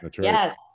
yes